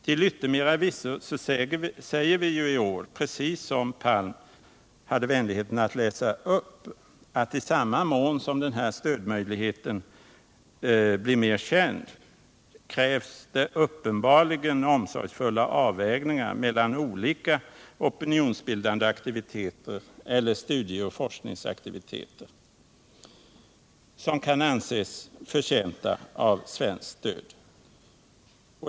Till yttermera visso säger viiår— vilket Sture Palm hade vänligheten att läsa upp — att det i samma mån som stödmöjligheten blir mera känd uppenbarligen krävs omsorgsfulla avvägningar mellan olika opinionsbildande aktiviteter eller studieoch forskningsaktiviteter, som kan anses förtjänta av statligt svenskt stöd.